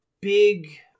big